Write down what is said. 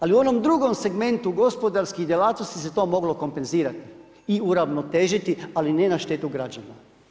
Ali u onom drugom segmentu gospodarskih djelatnosti se to moglo kompenzirati i uravnotežiti ali ne na štetu građana.